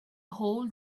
whole